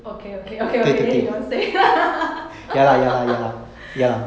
okay okay then you don't say